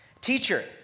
teacher